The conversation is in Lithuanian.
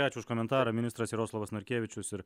ačiū už komentarą ministras jaroslavas narkevičius ir